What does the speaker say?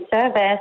service